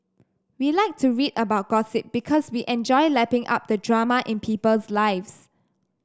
we like to read about gossip because we enjoy lapping up the drama in people's lives